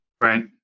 Right